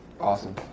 Awesome